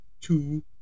two